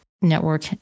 Network